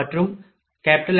மற்றும் I3i40